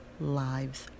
Lives